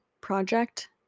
project